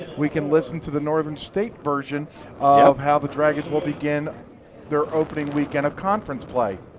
we can listen to the northern state version of how the dragons will begin their opening weekend of conference play.